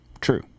true